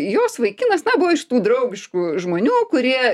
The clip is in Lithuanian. jos vaikinas na buvo iš tų draugiškų žmonių kurie